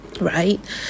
right